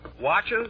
Watches